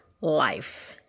life